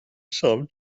شام